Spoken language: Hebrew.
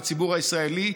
בציבור הישראלי,